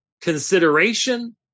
consideration